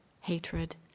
hatred